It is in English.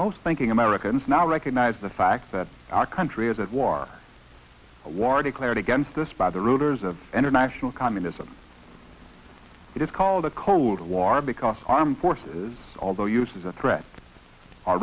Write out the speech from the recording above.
most thinking americans now recognize the fact that our country is at war a war declared against this by the router's of international communism it is called a cold war because armed forces although used as a threat